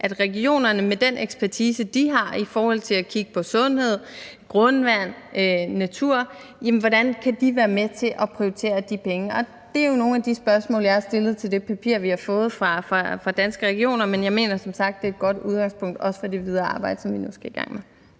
regionerne med den ekspertise, de har, i forhold til at kigge på sundhed, grundvand og natur, kan være med til at prioritere de penge. Og det er jo nogle af de spørgsmål, jeg har stillet, til det papir, vi har fået fra Danske Regioner, men jeg mener som sagt, det er et godt udgangspunkt, også for det videre arbejde, som vi nu skal i gang med.